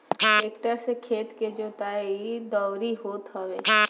tractor से खेत के जोताई, दवरी होत हवे